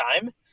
time